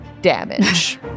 damage